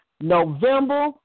November